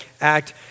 act